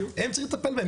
הם צריכים לטפל בהם,